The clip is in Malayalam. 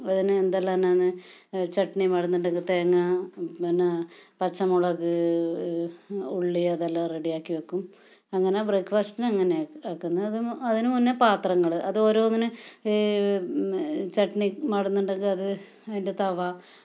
അതിന് എന്തെല്ലാമാണ് ചട്ട്ണി മാടുന്നുണ്ടെങ്കിൽ തേങ്ങ പിന്നെ പച്ചമുളക് ഉള്ളി അതെല്ലാം റെഡി ആക്കി വയ്ക്കും അങ്ങനെ ബ്രേക്ക്ഫാസ്റ്റിന് അങ്ങനെയാണ് ആക്കുന്നത് അത് അതിന് മുന്നേ പാത്രങ്ങൾ അത് ഓരോന്നിനും ഈ ചട്ട്ണി മാടുന്നുണ്ടങ്കിൽ അത് അതിന്റെ തവ